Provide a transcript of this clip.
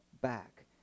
back